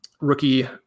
rookie